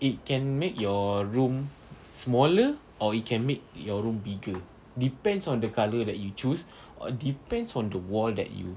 it can make your room smaller or it can make your room bigger depends on the colour that you choose or depends on the wall that you